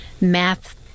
math